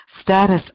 status